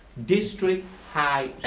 district high